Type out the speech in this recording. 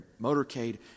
motorcade